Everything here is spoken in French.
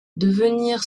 devenir